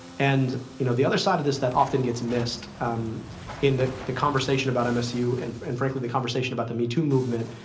and you know the other side of this that often gets missed in the the conversation about msu, and and frankly, the conversation about the me too movement,